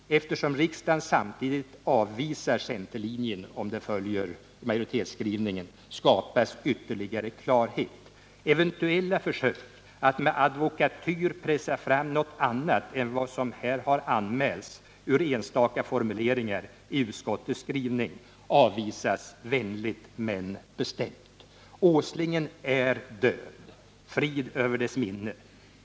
Eftersom riksdagen samtidigt avvisar centerlinjen, om riksdagen följer majoritetsskrivningen, skapas ytterligare klarhet. Eventuella försök att med advokatyr pressa fram något annat än vad som här har anmälts ur enstaka formuleringar i utskottets skrivning avvisas vänligt men bestämt. Åslingen är död. Frid över dess minne.